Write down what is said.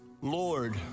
Lord